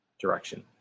direction